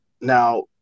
Now